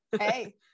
hey